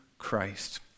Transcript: Christ